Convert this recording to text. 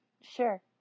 sure